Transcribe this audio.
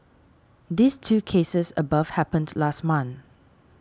these two cases above happened last month